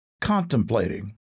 contemplating